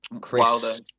Chris